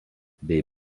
bei